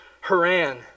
Haran